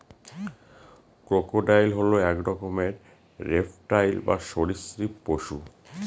crocodile হল এক রকমের রেপ্টাইল বা সরীসৃপ পশু